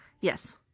Yes